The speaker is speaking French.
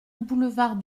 boulevard